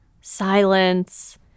silence